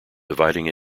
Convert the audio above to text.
dividing